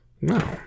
No